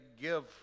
give